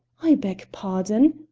i beg pardon,